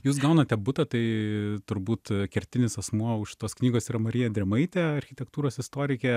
jūs gaunate butą tai turbūt kertinis asmuo už tos knygos yra marija drėmaitė architektūros istorikė